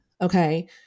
okay